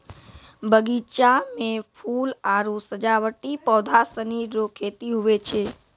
बगीचा मे फूल आरु सजावटी पौधा सनी रो खेती हुवै छै